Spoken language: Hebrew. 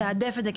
לתעדף את זה.